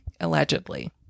allegedly